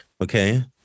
Okay